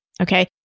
Okay